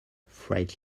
freight